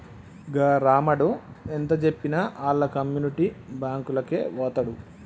గా రామడు ఎంతజెప్పినా ఆళ్ల కమ్యునిటీ బాంకులకే వోతడు